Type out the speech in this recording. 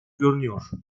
görünüyor